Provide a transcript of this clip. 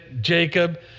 Jacob